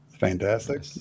Fantastic